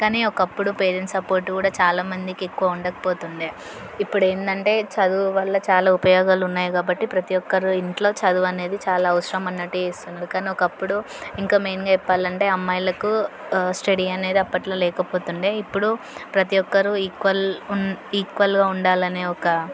కానీ ఒకప్పుడు parents support కూడా చాలా మందికి ఎక్కువ ఉండక పోతుండే ఇప్పుడు ఏంటంటే చదువు వల్ల చాలా ఉపయోగాలు ఉన్నాయి కాబట్టి ప్రతీ ఒక్కరు ఇంట్లో చదువు అనేది చాలా అవసరం అన్నట్లు చేస్తున్నరు కానీ ఒకప్పుడు ఇంకా మెయిన్గా చెప్పాలంటే అమ్మాయిలకు స్టడీ అనేది అప్పట్లో లేకపోతుండే ఇప్పుడు ప్రతి ఒక్కరికి ఈక్వల్ ఉం ఈక్వల్గా ఉండాలనే ఒక